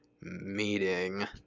meeting